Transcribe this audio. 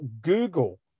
Google